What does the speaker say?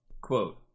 Quote